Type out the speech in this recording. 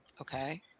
Okay